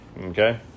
okay